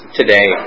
today